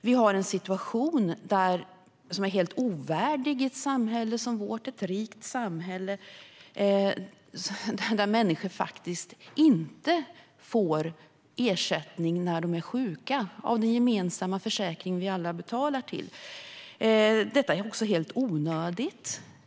Vi har en situation som är helt ovärdig ett samhälle som vårt. Det är ett rikt samhälle, där människor faktiskt inte får ersättning när de är sjuka av den gemensamma försäkring som vi alla betalar till. Detta är helt onödigt.